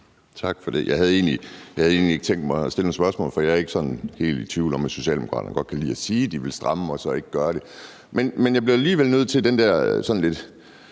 Tak for det. Jeg havde egentlig ikke tænkt mig at stille nogen spørgsmål, for jeg er ikke sådan helt i tvivl om, at Socialdemokraterne godt kan lide at sige, at de vil stramme, og så ikke gør det. Men jeg bliver alligevel nødt til at kommentere